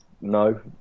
no